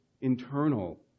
internal